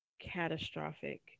catastrophic